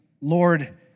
Lord